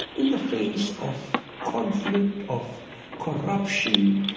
in the face of conflict, of corruption,